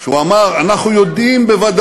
הוא אמר: שמתם לב שהוא לא נתן לנו, לא.